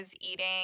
eating